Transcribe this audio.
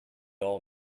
all